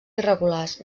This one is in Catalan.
irregulars